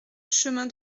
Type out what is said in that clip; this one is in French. chemin